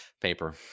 Paper